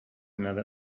another